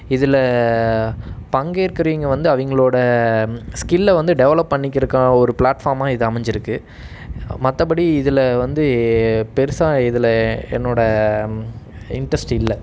இதில் பங்கேற்குறவங்க வந்து அவங்களோட ஸ்கில்லை வந்து டெவலப் பண்ணிக்கிறதுக்கான ஒரு ஃபிளாட்ஃபாமாக இது அமைஞ்சிருக்கு மற்றபடி இதில் வந்து பெருசாக இதில் என்னோடய இன்ட்ரெஸ்ட் இல்லை